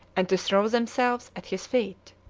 and to throw themselves at his feet.